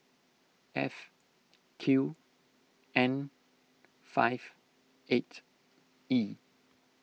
F Q N five eight E